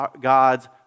God's